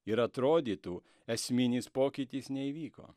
ir atrodytų esminis pokytis neįvyko